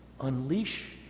Unleash